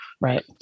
Right